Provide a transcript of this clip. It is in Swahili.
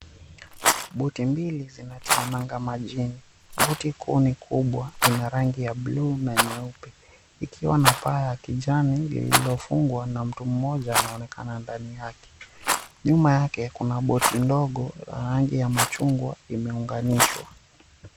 Boti mbili zinatia nanga majini. Boti kuu ni kubwa ina rangi ya buluu na nyeupe ikiwa na paa ya kijani lililofungwa na mtu mmoja anaonekana ndani yake. Nyuma yake kuna boti ndogo la rangi ya machungwa imeunganishwa.